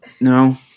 No